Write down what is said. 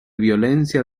violencia